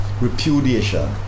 repudiation